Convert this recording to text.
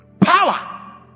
Power